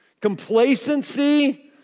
Complacency